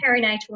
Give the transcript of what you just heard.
perinatal